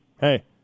Hey